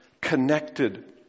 Connected